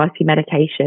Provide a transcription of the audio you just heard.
medication